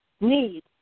need